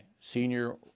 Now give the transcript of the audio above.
senior